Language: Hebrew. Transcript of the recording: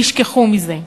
תשכחו מזה.